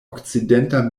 okcidenta